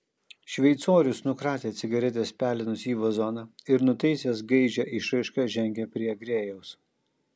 šveicorius nukratė cigaretės pelenus į vazoną ir nutaisęs gaižią išraišką žengė prie grėjaus